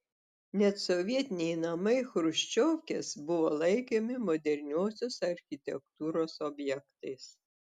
net sovietiniai namai chruščiovkės buvo laikomi moderniosios architektūros objektais